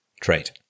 trait